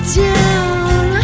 down